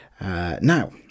Now